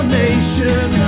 nation